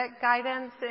guidance